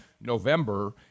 November